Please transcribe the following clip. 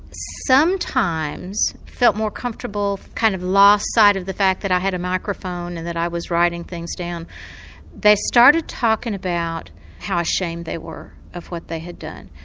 sometimes felt more comfortable, kind of lost sight of the fact that i had a microphone and that i was writing things down they started talking about how ashamed they were of what they had done.